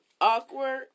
awkward